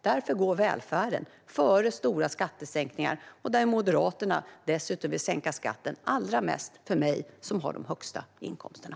Därför går välfärden före stora skattesänkningar. Moderaterna vill dessutom sänka skatten allra mest för mig och dem som har de högsta inkomsterna.